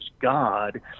God—